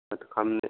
माथो खालामनो